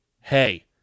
hey